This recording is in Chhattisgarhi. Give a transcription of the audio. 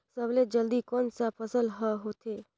सबले जल्दी कोन सा फसल ह होथे?